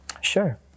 Sure